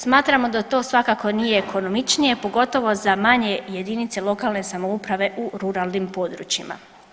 Smatramo da to svako nije ekonomičnije, pogotovo za manje jedinice lokalne samouprave u ruralnim područjima.